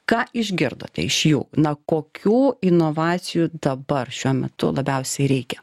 ką išgirdote iš jų na kokių inovacijų dabar šiuo metu labiausiai reikia